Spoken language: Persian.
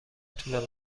طول